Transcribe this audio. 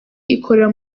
ikorera